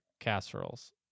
casseroles